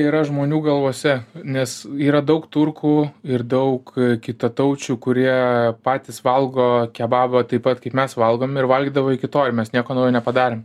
yra žmonių galvose nes yra daug turkų ir daug kitataučių kurie patys valgo kebabą taip pat kaip mes valgom ir valgydavo iki to ir mes nieko naujo nepadarėm